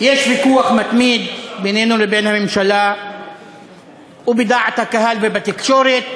יש ויכוח מתמיד בינינו לבין הממשלה ובדעת הקהל ובתקשורת.